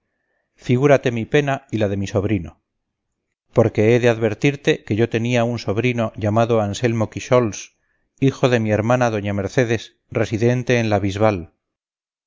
figúrate mi pena y la de mi sobrino porque he de advertirte que yo tenía un sobrino llamado anselmo quixols hijo de mi hermana doña mercedes residente en la bisbal